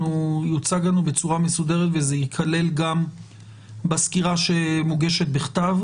בצורה מסודרת - וזה ייכלל גם בסקירה שמוגשת בכתב